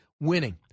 winning